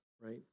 right